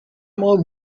mind